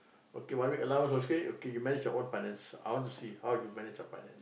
okay one week allowance okay okay you manage your own finance I want to see how you manage your finance